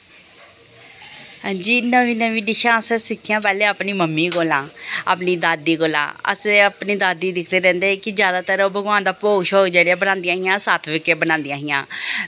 जी नवीं नवीं डिशां असें सिक्खियां पैह्लें अपनी मम्मी कोला अपनी दादी कोला असें अपनी दादी दिखदे रौंह्दे कि जैदातर ओह् भगोआनन दा भोग शोग जेह्ड़े बनांदियां हियां सात्विक गै बनांदियां हियां